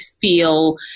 feel